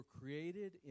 created